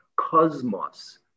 cosmos